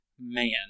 man